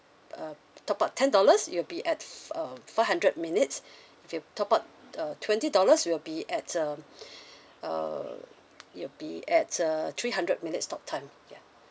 uh top up ten dollars it'll be at um five hundred minutes if you top up uh twenty dollars it will be at um err it'll be at err three hundred minutes talk time ya